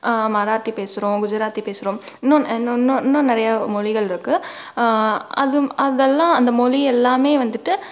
மராத்தி பேசுகிறோம் குஜராத்தி பேசுகிறோம் இன்னொன்று இன்னொன்று இன்னும் நிறையா மொழிகள் இருக்கு அதுவும் அதெல்லாம் அந்த மொழி எல்லாமே வந்துவிட்டு